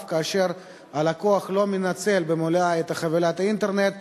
כאשר הלקוח לא מנצל במלואה את חבילת האינטרנט.